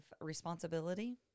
responsibility